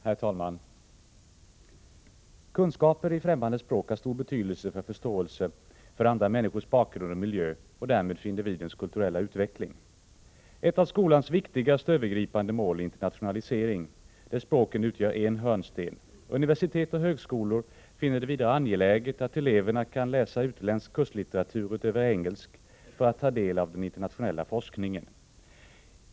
Herr talman! Kunskaper i främmande språk har stor betydelse när det gäller förståelsen för andra människors bakgrund och miljö och därmed för individens kulturella utveckling. Ett av skolans viktigaste övergripande mål är internationalisering, där språken utgör en hörnsten. Universitet och högskolor finner det vidare angeläget att eleverna kan läsa utländsk kurslitteratur utöver engelsk för att ta del av den internationella forskningen.